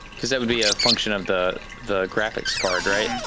because that would be a function of the the graphics card, right?